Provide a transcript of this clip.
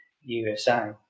USA